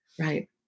right